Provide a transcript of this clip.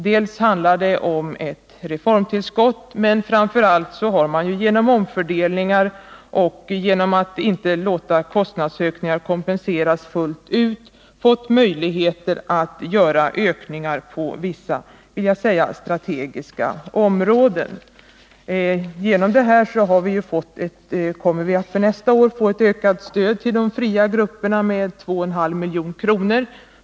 Delvis handlar det om ett reformtillskott, men framför allt har man genom omfördelningar och genom att inte låta kostnadsökningar kompenseras fullt ut fått möjligheter att göra ökningar på vissa, strategiska områden. På grund härav kommer vi för nästa år att få ökat stöd till de fria grupperna med 2,5 milj.kr.